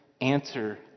answer